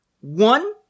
One